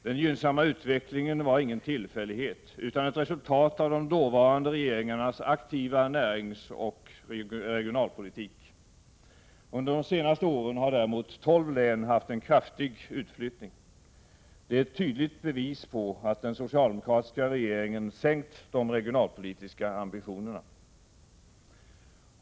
Den gynnsamma utvecklingen var ingen tillfällighet, utan ett resultat av de dåvarande regeringarnas aktiva näringsoch regionalpolitik. Under de senaste åren har däremot tolv län haft en kraftig utflyttning. Det är ett tydligt bevis på att den socialdemokratiska regeringen sänkt de regionalpolitiska ambitionerna.